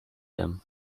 him